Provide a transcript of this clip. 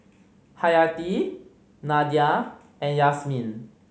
Hayati Nadia and Yasmin